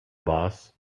boss